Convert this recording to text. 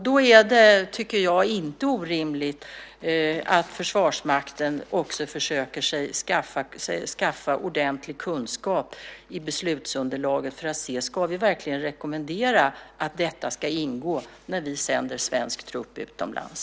Då är det, tycker jag, inte orimligt att Försvarsmakten också försöker skaffa sig ordentlig kunskap i beslutsunderlaget för att se om man verkligen ska rekommendera att detta ska ingå när vi sänder svensk trupp utomlands.